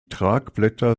tragblätter